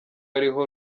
ariho